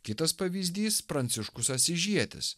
kitas pavyzdys pranciškus asyžietis